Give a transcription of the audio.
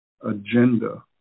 agenda